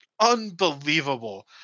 unbelievable